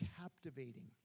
captivating